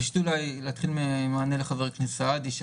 ראשית, אתחיל במענה לחבר הכנסת סעדי.